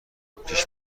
پیش